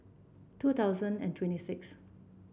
two thousand and twenty six